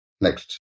Next